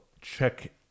check